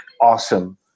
awesome